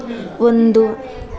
ಒಂದು